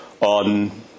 on